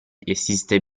esiste